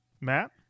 Matt